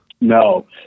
No